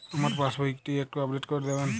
আমার পাসবই টি একটু আপডেট করে দেবেন?